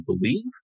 believe